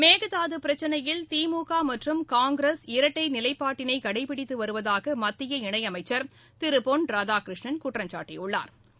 மேகதாது பிரச்சினையில் திமுக மற்றும் காங்கிரஸ் இரட்டை நிலைப்பாட்டினை கடைபிடித்து வருவதாக மத்திய இணை அமைச்சா் திரு பொன் ராதாகிருஷ்ணன் குற்றம்சாட்டியுள்ளாா்